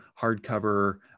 hardcover